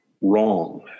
wrong